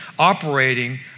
operating